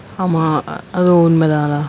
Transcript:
ஆமா:aamaa ah அது உண்மதா:athu unmathaa lah